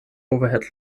overhead